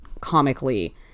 comically